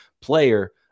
player